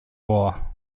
war